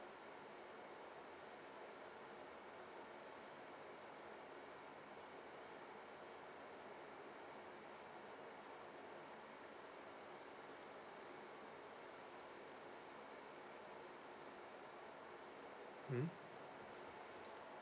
mm